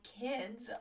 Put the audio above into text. kids